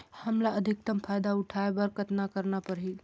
हमला अधिकतम फायदा उठाय बर कतना करना परही?